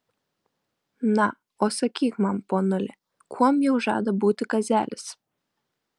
na o sakyk man ponuli kuom jau žada būti kazelis